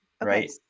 Right